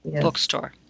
bookstore